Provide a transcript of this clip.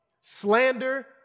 slander